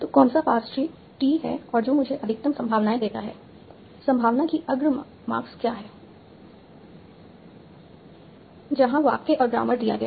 तो कौन सा पार्स ट्री t है जो मुझे अधिकतम संभावनाएं देता है संभावना की अर्गमाक्स देता है जहां वाक्य और ग्रामर दिया गया है